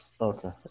Okay